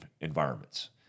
environments